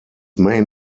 main